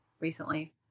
recently